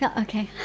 Okay